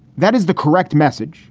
that is the correct message,